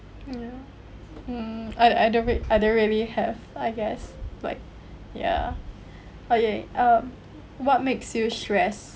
mm I I don't wait I don't really have I guess like ya okay um what makes you stress